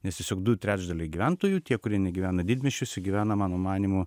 nes tiesiog du trečdaliai gyventojų tie kurie negyvena didmiesčiuose gyvena mano manymu